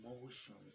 emotions